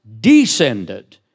descended